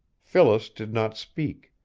phyllis did not speak,